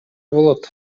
болот